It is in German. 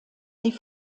sie